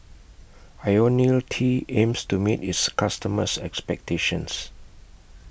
Ionil T aims to meet its customers' expectations